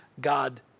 God